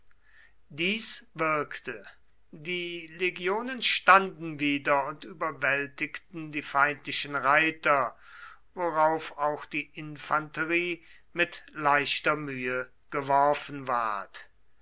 dies wirkte die legionen standen wieder und überwältigten die feindlichen reiter worauf auch die infanterie mit leichter mühe geworfen ward